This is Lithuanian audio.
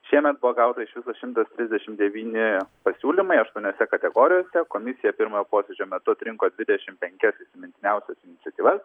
šiemet buvo gauta iš viso šimtas trisdešimt devyni pasiūlymai aštuoniose kategorijose komisija pirmojo posėdžio metu atrinko dvidešimt penkias įsimintiniausias iniciatyvas